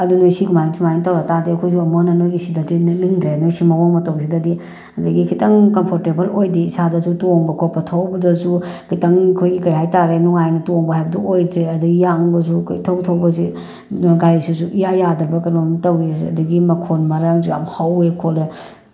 ꯑꯗꯨ ꯅꯣꯏ ꯁꯤ ꯀꯃꯥꯏꯅ ꯁꯨꯃꯥꯏꯅ ꯇꯧꯔꯛꯇꯥꯔꯗꯤ ꯑꯩꯈꯣꯏꯁꯨ ꯑꯃꯨꯛ ꯍꯟꯅ ꯅꯣꯏꯒꯤ ꯁꯤꯗꯗꯤ ꯅꯦꯛꯅꯤꯡꯗ꯭ꯔꯦ ꯅꯣꯏ ꯁꯤ ꯃꯑꯣꯡ ꯃꯇꯧꯁꯤꯗꯗꯤ ꯑꯗꯒꯤ ꯈꯤꯇꯪ ꯀꯝꯐꯣꯔꯇꯦꯕꯜ ꯑꯣꯏꯗꯦ ꯏꯁꯥꯗꯁꯨ ꯇꯣꯡꯕ ꯈꯣꯠꯄ ꯊꯧꯕꯗꯁꯨ ꯈꯤꯇꯪ ꯑꯩꯈꯣꯏꯒꯤ ꯀꯩ ꯍꯥꯏꯇꯥꯔꯦ ꯅꯨꯡꯉꯥꯏꯅ ꯇꯣꯡꯕ ꯍꯥꯏꯕꯗꯣ ꯑꯣꯏꯗ꯭ꯔꯦ ꯑꯗꯒꯤ ꯌꯥꯡꯕꯁꯨ ꯀꯣꯏꯊꯧ ꯊꯧꯕꯁꯦ ꯒꯥꯔꯤꯁꯤꯁꯨ ꯏꯌꯥ ꯌꯥꯗꯕ꯭ꯔꯥ ꯀꯔꯤꯅꯣꯃ ꯇꯧꯋꯦ ꯑꯗꯒꯤ ꯃꯈꯣꯟ ꯃꯔꯥꯡꯁꯨ ꯌꯥꯝ ꯍꯧꯋꯦ ꯈꯣꯠꯂꯦ